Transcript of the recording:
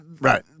Right